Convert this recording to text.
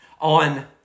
on